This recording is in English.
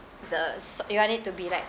the s~ you want it to be like